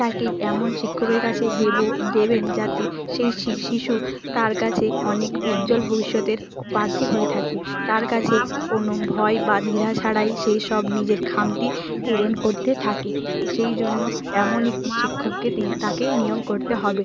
তাকে এমন শিক্ষকের কাছে দেবো দেবেন যাতে সেই শিশু তার কাছে অনেক উজ্জ্বল ভবিষ্যতের প্রার্থী হয়ে থাকে তার কাছে কোনো ভয় বা দ্বিধা ছাড়াই সে সব নিজের খামতি পূরণ করতে থাকে সেই জন্য এমন একটি শিক্ষককে তাকে নিয়োগ করতে হবে